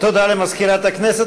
תודה למזכירת הכנסת.